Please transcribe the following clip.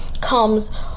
comes